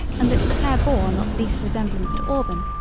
and that his hair bore not the least resemblance to auburn,